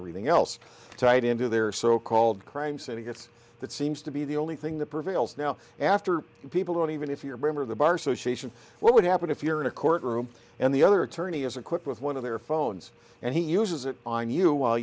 everything else tied into their so called crime syndicates that seems to be the only thing that prevails now after people don't even if you're a member of the bar association what would happen if you're in a court room and the other attorney is equipped with one of their phones and he uses it on you while